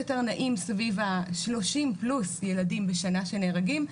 יותר נעים סביב ה-30 פלוס ילדים בשנה שנהרגים.